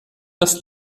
das